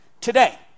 today